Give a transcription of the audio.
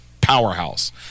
powerhouse